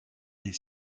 des